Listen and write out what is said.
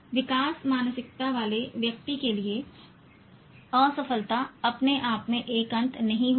विकास मानसिकता वाले व्यक्ति के लिए असफलता अपने आप में एक अंत नहीं होगा